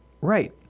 Right